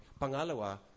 Pangalawa